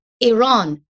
Iran